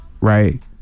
Right